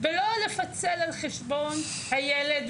ולא לפצל על חשבון הילד,